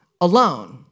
alone